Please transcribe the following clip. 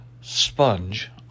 Sponge